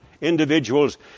individuals